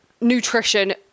nutrition